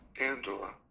Angela